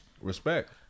Respect